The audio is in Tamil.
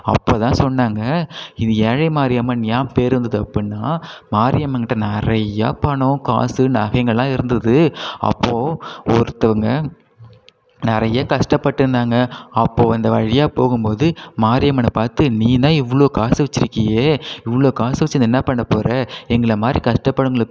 அப்ப தான் சொன்னாங்க இது ஏழை மாரியம்மன் ஏன் பேர் வந்துது அப்படின்னா மாரியம்மங்கிட்ட நிறையா பணம் காசு நகைங்கள்லாம் இருந்துது அப்போ ஒருத்தவங்க நிறைய கஷ்டப்பட்டுருந்தாங்க அப்போ அந்த வழியாக போகும்போது மாரியம்மன பார்த்து நீதான் இவ்வளோ காசு வச்சிருக்கியே இவ்வளோ காசு வச்சி இதை என்ன பண்ணப் போகற எங்களை மாதிரி கஷ்டப்பட்றவங்களுக்கு